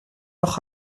noch